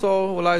אולי זמני,